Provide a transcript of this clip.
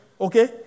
Okay